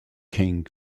king